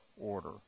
order